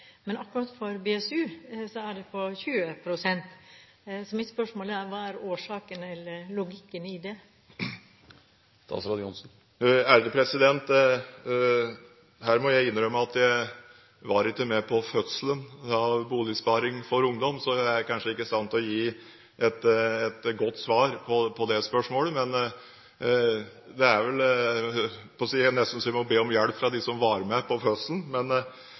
men akkurat for BSU er den på 20 pst. Mitt spørsmål er: Hva er årsaken til eller logikken i det? Her må jeg innrømme at jeg var ikke med på fødselen til Boligsparing for ungdom, så jeg er kanskje ikke i stand til å gi et godt svar på det spørsmålet. Det er nesten så jeg må be om hjelp fra dem som var med på fødselen, men